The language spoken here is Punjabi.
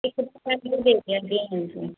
ਹਾਂਜੀ